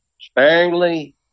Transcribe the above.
sparingly